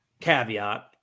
caveat